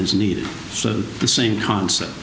is need so the same concept